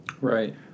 Right